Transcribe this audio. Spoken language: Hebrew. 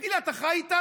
תגיד לי, אתה חי איתנו?